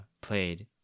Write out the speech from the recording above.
played